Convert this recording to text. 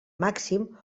màxim